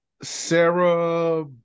Sarah